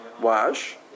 wash